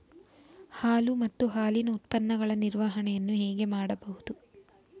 ಹಾಲು ಮತ್ತು ಹಾಲಿನ ಉತ್ಪನ್ನಗಳ ನಿರ್ವಹಣೆಯನ್ನು ಹೇಗೆ ಮಾಡಬಹುದು?